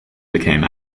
became